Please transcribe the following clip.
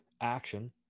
Action